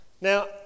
Now